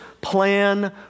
plan